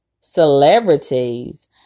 celebrities